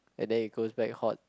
and then it goes back hot